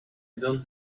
don’t